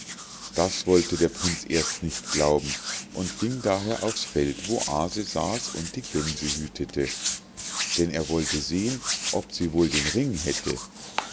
das wollte der prinz erst nicht glauben und ging daher aufs feld wo aase saß und die gänse hütete denn er wollte sehen ob sie wohl den ring hätte